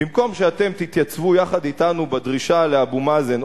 במקום שאתם תתייצבו יחד אתנו בדרישה מאבו מאזן,